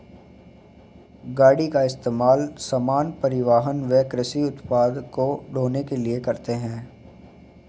गाड़ी का इस्तेमाल सामान, परिवहन व कृषि उत्पाद को ढ़ोने के लिए करते है